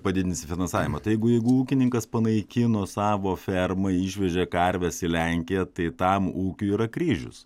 padidinsi finansavimą tai jeigu ūkininkas panaikino savo fermą išvežė karves į lenkiją tai tam ūkiui yra kryžius